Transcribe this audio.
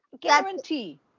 guarantee